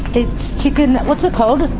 it's chicken, what's it called?